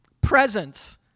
presence